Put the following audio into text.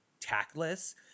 tactless